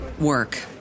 work